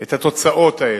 את התוצאות האלה.